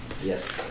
Yes